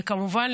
וכמובן,